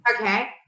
Okay